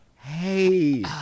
hey